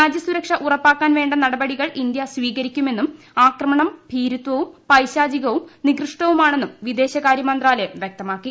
രാജ്യ സുരക്ഷ ഉറപ്പാക്കാൻ വേണ്ട നടപടികൾ ഇന്ത്യ സ്വീകരിക്കുമെന്നും ദ്വീ ആക്രമണം ഭീരുതവും പൈശാചികവും നികൃഷ്ടവുമാണെന്നുക്ക് പ്പിദേശകാര്യ മന്ത്രാലയം വ്യക്തമാക്കി